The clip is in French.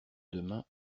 demain